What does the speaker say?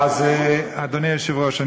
אדוני היושב-ראש,